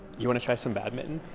you wanna try some badminton?